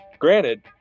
Granted